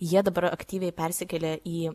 jie dabar aktyviai persikėlė į